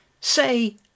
say